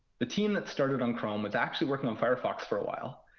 the team that started on chrome was actually working on firefox for a while.